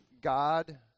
God